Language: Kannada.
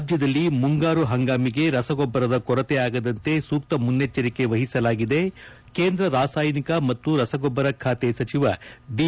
ರಾಜ್ಯದಲ್ಲಿ ಮುಂಗಾರು ಹಂಗಾಮಿಗೆ ರಸಗೊಬ್ಬರದ ಕೊರತೆ ಆಗದಂತೆ ಸೂಕ್ತ ಮುನ್ನೆಚ್ಚರಿಕೆ ವಹಿಸಲಾಗಿದೆ ಕೇಂದ್ರ ರಾಸಾಯನಿಕ ಮತ್ತು ರಸಗೊಬ್ಬರ ಖಾತೆ ಸಚಿವ ದಿ